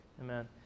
amen